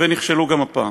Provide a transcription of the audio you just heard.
ונכשלו גם הפעם.